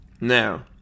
Now